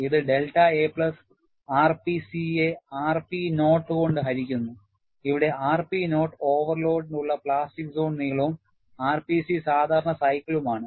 ഇത് delta a plus ആർപിസിയെ RP nought കൊണ്ട് ഹരിക്കുന്നു ഇവിടെ ആർപി നോട്ട് ഓവർലോഡിനുള്ള പ്ലാസ്റ്റിക് സോൺ നീളവും ആർപിസി സാധാരണ സൈക്കിളുമാണ്